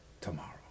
tomorrow